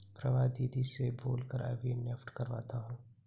प्रभा दीदी से बोल कर अभी नेफ्ट करवाता हूं